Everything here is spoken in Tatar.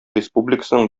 республикасының